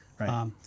right